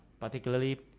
particularly